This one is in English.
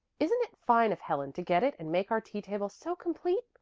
isn't it fine of helen to get it and make our tea-table so complete?